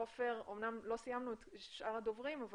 אמנם לא סיימנו לשמוע את כל הדבורים,